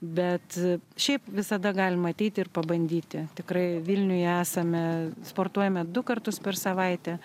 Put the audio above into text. bet šiaip visada galima ateiti ir pabandyti tikrai vilniuje esame sportuojame du kartus per savaitę